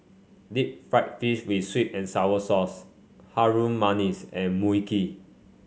Deep Fried Fish with sweet and sour sauce Harum Manis and Mui Kee